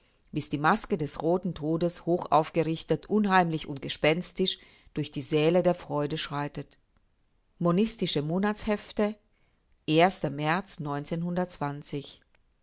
bis die maske des roten todes hoch aufgerichtet unheimlich und gespenstisch durch die säle der freude schreitet monistische monatshefte märz